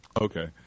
okay